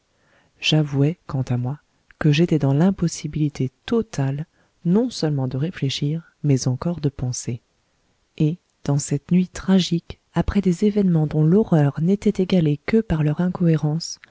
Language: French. j'avouai quant à moi que j'étais dans l'impossibilité totale non seulement de réfléchir mais encore de penser et dans cette nuit tragique après des événements dont l'horreur n'était égalée que par leur incohérence